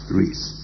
race